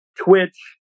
Twitch